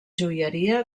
joieria